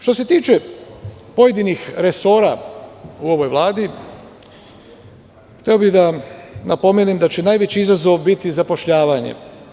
Što se tiče pojedinih resora u ovoj Vladi hteo bih da pomenem da će najveći izazov biti zapošljavanje.